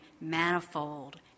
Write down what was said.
manifold